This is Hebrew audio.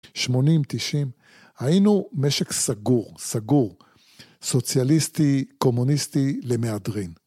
שמונים, תשעים, היינו משק סגור, סגור, סוציאליסטי, קומוניסטי למהדרין.